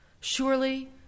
Surely